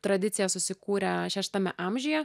tradicija susikūrė šeštame amžiuje